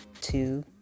two